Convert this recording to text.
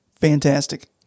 Fantastic